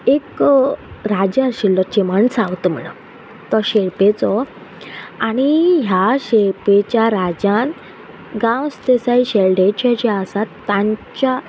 एक राजा आशिल्लो चिमण सावथ म्हण तो शेळपेचो आनी ह्या शेळपेच्या राज्यान गांवस देसाय शेल्डेचे जे आसात तांच्या